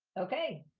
okay.